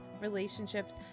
relationships